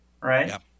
right